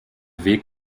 weg